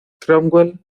cromwell